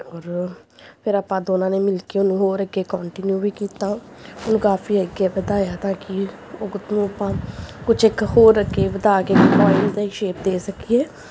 ਔਰ ਫੇਰ ਆਪਾਂ ਦੋਨਾਂ ਨੇ ਮਿਲ ਕੇ ਉਹਨੂੰ ਹੋਰ ਅੱਗੇ ਕੋਂਟੀਨਿਊ ਵੀ ਕੀਤਾ ਉਹਨੂੰ ਕਾਫ਼ੀ ਅੱਗੇ ਵਧਾਇਆ ਤਾਂ ਕਿ ਉਹਨੂੰ ਆਪਾਂ ਕੁਛ ਇੱਕ ਹੋਰ ਅੱਗੇ ਵਧਾ ਕੇ ਪੋਇਮ ਦੀ ਸ਼ੇਪ ਦੇ ਸਕੀਏ